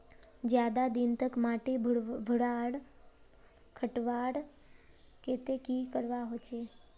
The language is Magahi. ज्यादा दिन तक माटी भुर्भुरा रखवार केते की करवा होचए?